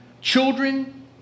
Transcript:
children